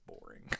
boring